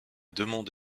demande